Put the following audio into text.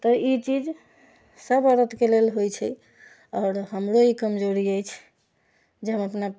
तऽ ई चीज सब औरतके लेल होइ छै आओर हमरो ई कमजोरी अछि जे हम अपना